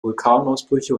vulkanausbrüche